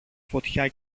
φωτιά